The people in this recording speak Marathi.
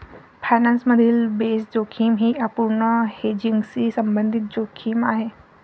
फायनान्स मधील बेस जोखीम ही अपूर्ण हेजिंगशी संबंधित जोखीम आहे